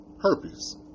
herpes